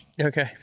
Okay